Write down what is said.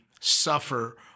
suffer